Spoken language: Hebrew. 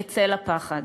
בצל הפחד.